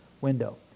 window